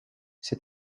ses